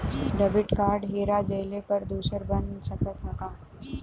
Debit card हेरा जइले पर दूसर बन सकत ह का?